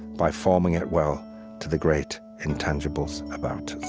by forming it well to the great intangibles about